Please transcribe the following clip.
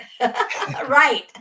Right